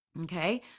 okay